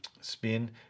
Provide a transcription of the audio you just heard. spin